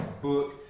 book